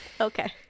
Okay